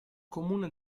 comune